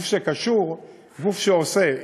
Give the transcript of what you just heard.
גוף שקשור, גוף שעושה.